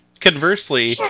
Conversely